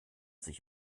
sich